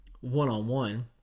one-on-one